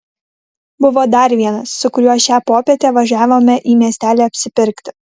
buvo dar vienas su kuriuo šią popietę važiavome į miestelį apsipirkti